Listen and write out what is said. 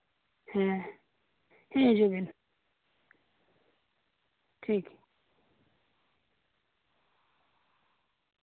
ᱦᱮᱸ ᱦᱮᱸ ᱦᱤᱡᱩᱜ ᱵᱤᱱ ᱴᱷᱤᱠ